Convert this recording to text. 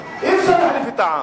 אי-אפשר להחליף את העם.